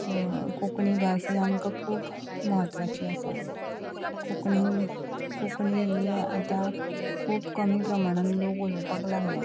कोंकणी भास ही आमकां खूब म्हत्वाची आसा कोंकणीन कोंकणी ही आतां खूब कमी प्रमाणान लोक उलोवपाक लागल्या